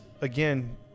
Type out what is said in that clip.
again